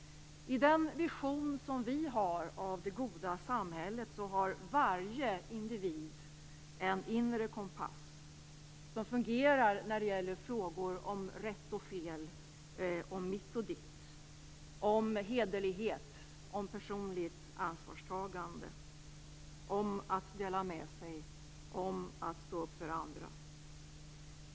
I den vision som vi har av det goda samhället har varje individ en inre kompass som fungerar när det gäller frågor om rätt och fel, mitt och ditt, hederlighet, personligt ansvarstagande, att dela med sig och att stå upp för andra.